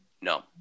No